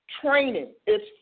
Training—it's